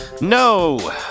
No